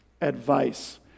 advice